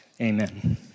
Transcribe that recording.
Amen